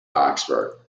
oxford